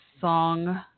song